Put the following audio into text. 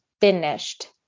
finished